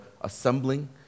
assembling